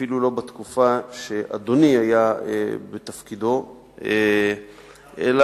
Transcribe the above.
אפילו לא בתקופה שאדוני היה בתפקידו שר חינוך.